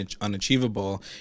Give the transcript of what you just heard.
unachievable